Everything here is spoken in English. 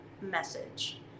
message